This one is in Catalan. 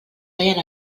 feien